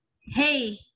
hey